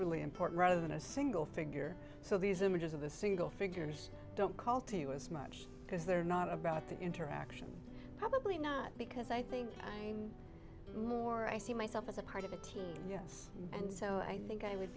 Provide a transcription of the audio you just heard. really important rather than a single figure so these images of the single figures don't call to you as much because they're not about the interaction probably not because i think i'm more i see myself as a part of a team yes and so i think i would